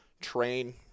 train